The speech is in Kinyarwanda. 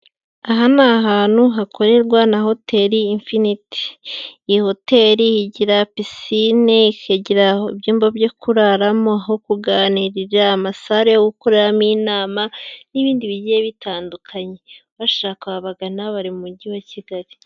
Aha ni ahantu hakorerwa na Hoteri Imfiniti, iyi Hoteri igira pisine, ikagira ibyumba byo kuraramo, aho kuganirira, amasare yo gukoreramo inama n'ibindi bigiye bitandukanye. Ubashaka wabagana bari mu Mujyi wa Kigali.